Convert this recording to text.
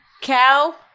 cow